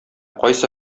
кайсы